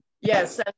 yes